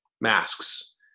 masks